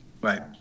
right